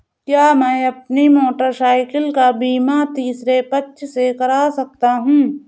क्या मैं अपनी मोटरसाइकिल का बीमा तीसरे पक्ष से करा सकता हूँ?